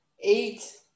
eight